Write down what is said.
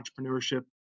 entrepreneurship